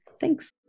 Thanks